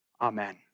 Amen